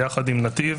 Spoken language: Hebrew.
ביחד עם נתיב,